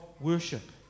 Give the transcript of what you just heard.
worship